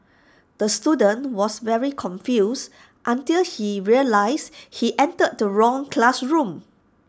the student was very confused until he realised he entered the wrong classroom